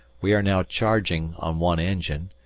we are now charging on one engine,